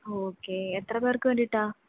okay എത്രപേർക്ക് വേണ്ടിയിട്ടാണ്